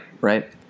right